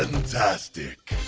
fantastic.